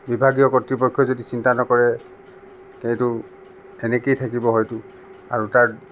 বিভাগীয় কৰ্তৃপক্ষই যদি চিন্তা নকৰে সেইটো এনেকৈয়ে থাকিব হয়তো আৰু তাৰ